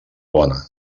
bona